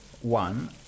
One